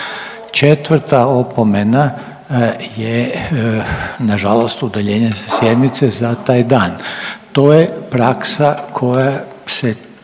4. opomena je nažalost udaljenje sa sjednice za taj dan. To je praksa koja se